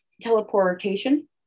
Teleportation